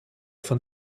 von